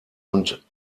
und